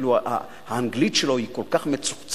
אפילו האנגלית שלו היא כל כך מצוחצחת,